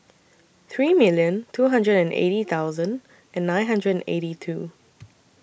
three million two hundred and eighty thousand and nine hundred and eighty two